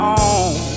on